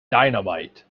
dynamite